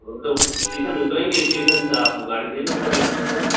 हम तो इश्टेसन उतरेंगे इस्टेसन से आपको गाड़ी भेजना पड़ेगा इस्टेशन पर